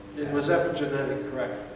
it was epigenetic, correct.